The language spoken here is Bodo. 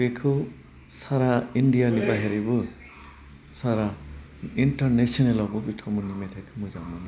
बेखौ सारा इन्डियानि बाहेरैबो सारा इन्टारनेशेनेलावबो बिथांमोननि मेथाइखौ मोजां मोनो